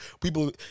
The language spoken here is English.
People